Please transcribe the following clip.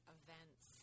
events